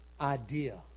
idea